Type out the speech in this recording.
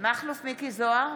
מכלוף מיקי זוהר,